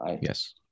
Yes